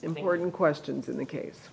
important questions in the case